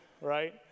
right